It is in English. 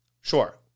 sure